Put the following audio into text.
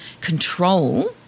control